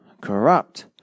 corrupt